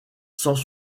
sans